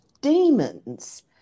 demons